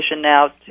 now